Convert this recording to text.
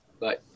Bye